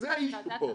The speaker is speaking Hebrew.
זה האישו פה.